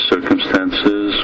circumstances